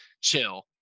chill